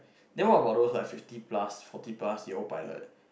then what about those like fifty plus forty plus year old pilot